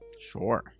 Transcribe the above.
sure